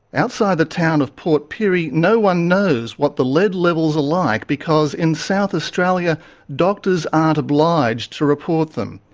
outside the town of port pirie, no one knows what the lead levels are like, because in south australia doctors aren't obliged to report them.